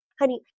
honey